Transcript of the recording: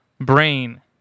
brain